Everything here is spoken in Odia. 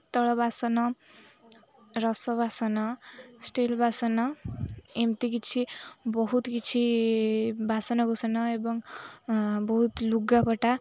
ପିତଳ ବାସନ ରସ ବାସନ ଷ୍ଟିଲ୍ ବାସନ ଏମିତି କିଛି ବହୁତ କିଛି ବାସନକୁୁସନ ଏବଂ ବହୁତ ଲୁଗାପଟା